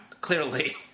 clearly